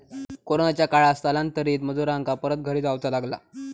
कोरोनाच्या काळात स्थलांतरित मजुरांका परत घरी जाऊचा लागला